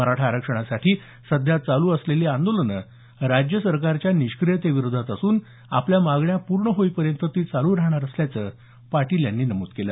मराठा आरक्षणासाठी सध्या चालू असलेली आंदोलनं राज्य सरकारच्या निष्क्रियते विरोधात असून आपल्या मागण्या पूर्ण होईपर्यंत ती चालू राहणार असल्याचं पाटील यांनी नमूद केलं